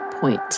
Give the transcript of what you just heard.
point